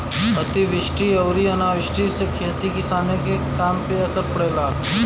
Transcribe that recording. अतिवृष्टि अउरी अनावृष्टि से खेती किसानी के काम पे असर पड़ेला